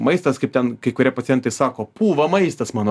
maistas kaip ten kai kurie pacientai sako pūva maistas mano